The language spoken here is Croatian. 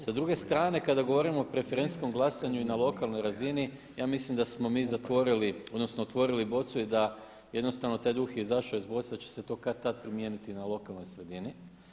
Sa druge strane kada govorimo o preferencijskom glasanju i na lokalnoj razini ja mislim da smo mi zatvorili, odnosno otvorili bocu i da jednostavno taj duh je izašao iz boce i da će se to kad-tad primijeniti na lokalnoj sredini.